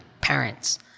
parents